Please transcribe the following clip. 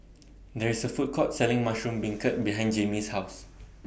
There IS A Food Court Selling Mushroom Beancurd behind Jaimee's House